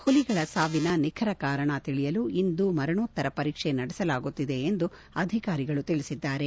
ಹುಲಿಗಳ ಸಾವಿನ ನಿಖರ ಕಾರಣ ತಿಳಿಯಲು ಇಂದು ಮರಣೋತ್ತರ ಪರೀಕ್ಷೆ ನಡೆಸಲಾಗುತ್ತಿದೆ ಎಂದು ಅಧಿಕಾರಿಗಳು ತಿಳಿಸಿದ್ದಾರೆ